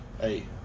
hey